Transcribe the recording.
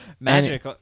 Magic